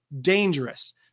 dangerous